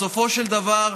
בסופו של דבר,